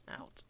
out